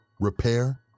repair